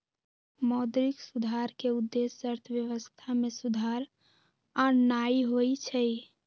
मौद्रिक सुधार के उद्देश्य अर्थव्यवस्था में सुधार आनन्नाइ होइ छइ